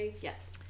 Yes